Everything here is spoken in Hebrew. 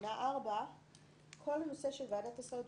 לתקנה 4. כל הנושא של ועדת הסעות,